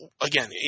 again